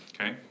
okay